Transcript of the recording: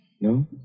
No